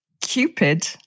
Cupid